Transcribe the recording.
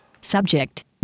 Subject